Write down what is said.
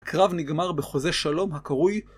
הקרב נגמר בחוזה שלום הקרוי.